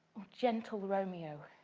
gentle romeo,